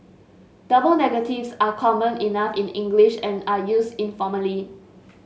double negatives are common enough in English and are used informally